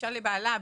אישה לבעלה,